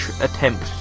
attempt